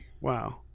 Wow